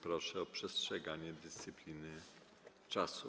Proszę o przestrzeganie dyscypliny czasowej.